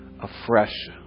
afresh